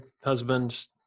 husband